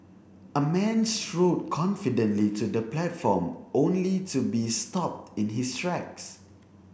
a man strode confidently to the platform only to be stopped in his tracks